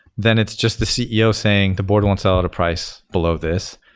then it's just the ceo saying, the board won't sell at a price below this,